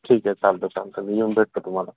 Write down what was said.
ठीके चालतं चालत मी येऊन भेटतो तुम्हाला